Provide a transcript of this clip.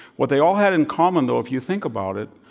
what they all had in common though, if you think about it,